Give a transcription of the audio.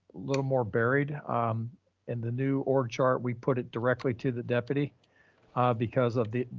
little more buried in the new org chart we put it directly to the deputy because of the,